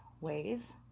ways